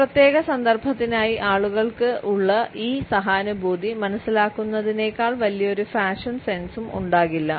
ഒരു പ്രത്യേക സന്ദർഭത്തിനായി ആളുകൾക്ക് ഉള്ള ഈ സഹാനുഭൂതി മനസ്സിലാക്കുന്നതിനേക്കാൾ വലിയൊരു ഫാഷൻ സെൻസും ഉണ്ടാകില്ല